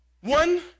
One